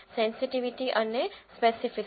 sensitivity અને specificity